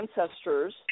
ancestors